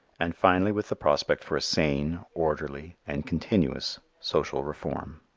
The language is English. and finally with the prospect for a sane, orderly and continuous social reform.